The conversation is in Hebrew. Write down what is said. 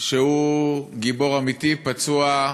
שהוא גיבור אמיתי, פצוע,